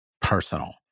personal